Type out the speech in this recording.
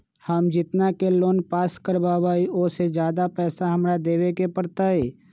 हम जितना के लोन पास कर बाबई ओ से ज्यादा पैसा हमरा देवे के पड़तई?